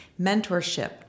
mentorship